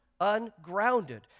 ungrounded